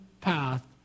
path